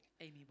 Amy